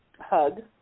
hug